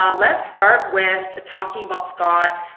um let's start with talking about scott.